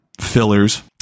fillers